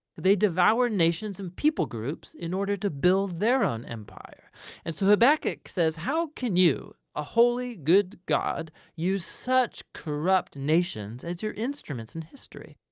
they devour nations and people groups in order to build their own empire and so habakkuk says, how can you, a holy good god use such corrupt nations as your instruments in history?